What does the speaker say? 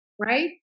right